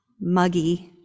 muggy